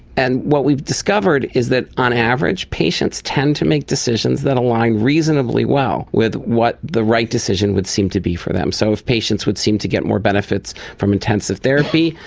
and what we've discovered is that on average patients tend to make decisions that align reasonably well with what the right decision would seem to be for them. so if patients would seem to get more benefits from intensive therapy,